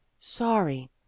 sorry